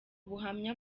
buhamya